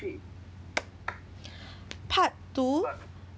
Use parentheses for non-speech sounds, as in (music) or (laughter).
(breath) part two